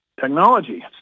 technology